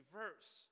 verse